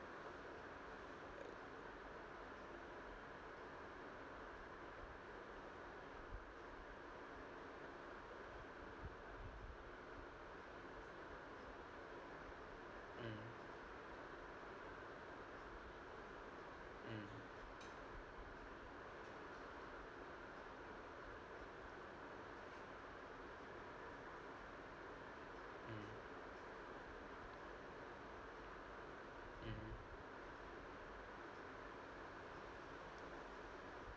mm mm mmhmm mm